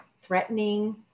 threatening